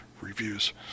reviews